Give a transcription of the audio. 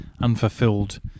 unfulfilled